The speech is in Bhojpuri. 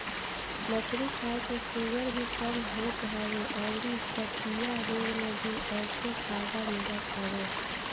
मछरी खाए से शुगर भी कम होत हवे अउरी गठिया रोग में भी एसे फायदा मिलत हवे